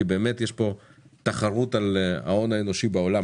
כי באמת יש פה תחרות על ההון האנושי בעולם,